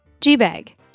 G-Bag